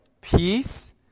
peace